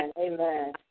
Amen